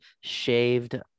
shaved